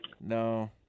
no